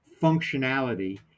functionality